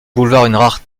boulevard